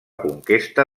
conquesta